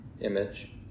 image